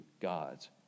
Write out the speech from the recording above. God's